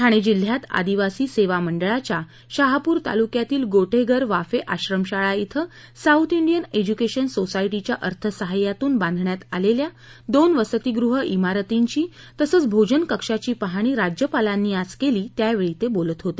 ठाणे जिल्ह्यात आदिवासी सेवा मंडळाच्या शहापूर तालुक्यातील गोटेघर वाफे आश्रमशाळा ििं साऊथ डियन एज्युकेशन सोसायटीच्या अर्थसहाय्यातून बांधण्यात आलेल्या दोन वसतीगृह भोरतींची तसंच भोजन कक्षाची पाहणी राज्यपालांनी आज केली त्यावेळी ते बोलत होते